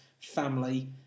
family